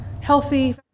healthy